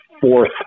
fourth